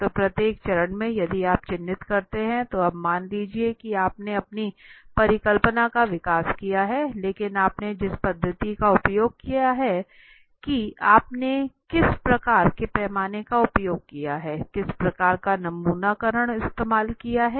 तो प्रत्येक चरण में यदि आप चिह्नित करते हैं तो अब मान लीजिए कि आपने अपनी परिकल्पना का विकास किया है लेकिन आपने जिस पद्धति का उपयोग किया है मान लीजिए कि आपने किस प्रकार के पैमाने का उपयोग किया है किस प्रकार का नमूनाकरण इस्तेमाल किया है